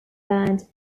band